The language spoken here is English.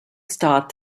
start